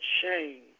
shame